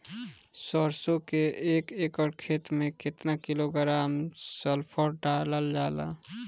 सरसों क एक एकड़ खेते में केतना किलोग्राम सल्फर डालल जाला?